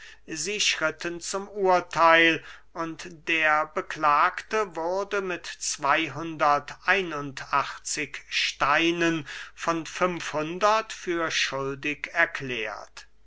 sie schritten zum urtheil und der beklagte wurde mit steinen von für schuldig erklärt